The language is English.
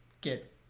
get